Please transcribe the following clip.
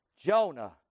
Jonah